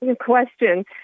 question